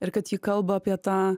ir kad ji kalba apie tą